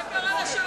מה קרה לשלום הכלכלי?